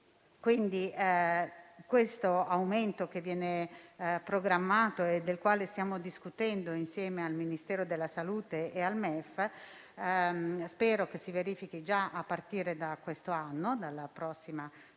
aumentato. Tale aumento, che viene programmato e del quale stiamo discutendo insieme al Ministero della salute e al MEF, spero che si verifichi già a partire da quest'anno, dalla prossima tornata.